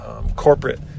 Corporate